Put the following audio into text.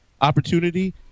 opportunity